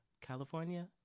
California